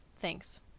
Thanks